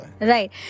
Right